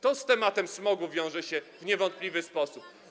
To z tematem smogu wiąże się w niewątpliwy sposób.